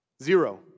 zero